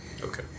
Okay